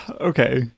Okay